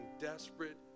desperate